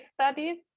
studies